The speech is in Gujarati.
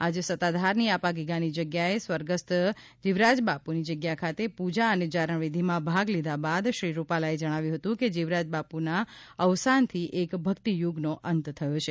આજે સતાધારની આપાગીગાની જગ્યાએ સ્વર્ગસ્થ જીવરાજબાપુની જગ્યા ખાતે પૂજા અને જારણ વિધીમાં ભાગ લીધા બાદ શ્રી રૂપાલાએ જણાવ્યું હતું કે જીવરાજબાપુના અવસાનથી એક ભક્તિયુગનો અંત થયો છે